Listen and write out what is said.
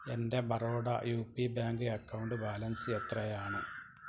എൻ്റെ Baroda U P bank account balance എത്രയാണ്